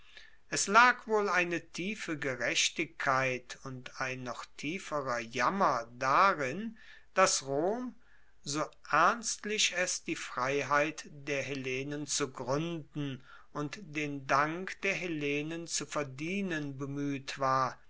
es lag wohl eine tiefe gerechtigkeit und ein noch tieferer jammer darin dass rom so ernstlich es die freiheit der hellenen zu gruenden und den dank der hellenen zu verdienen bemueht war